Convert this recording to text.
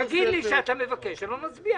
תגיד לי שאתה מבקש, לא נצביע.